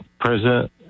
president